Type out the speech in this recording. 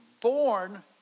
born